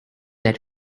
that